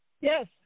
Yes